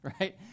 right